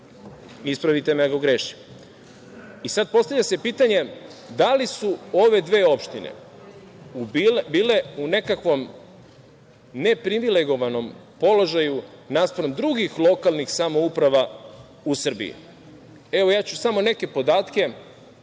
Ispravite me ako grešim. Sad, postavlja se pitanje, da li su ove dve opštine bile u nekakvom ne privilegovanom položaju naspram drugih lokalnih samouprava u Srbiji? Ja ću samo neke podatke